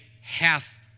half